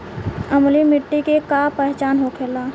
अम्लीय मिट्टी के का पहचान होखेला?